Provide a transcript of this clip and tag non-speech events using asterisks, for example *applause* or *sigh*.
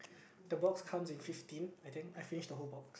*breath* the box comes in fifteen I think I finished the whole box